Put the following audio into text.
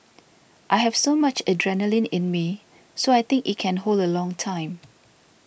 I have so much adrenaline in me so I think it can hold a long time